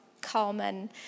common